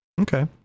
Okay